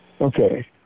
Okay